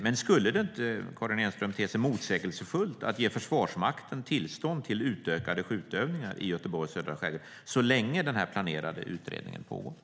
Men skulle det inte, Karin Enström, te sig motsägelsefullt att ge Försvarsmakten tillstånd till utökade skjutövningar i Göteborgs södra skärgård så länge den planerade utredningen pågår?